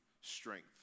strength